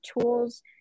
tools